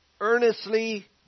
earnestly